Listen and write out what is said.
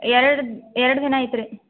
ಎರಡು ಎರಡು ದಿನ ಆಯ್ತ್ರಿ